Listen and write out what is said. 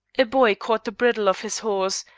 a boy caught the bridle of his horse,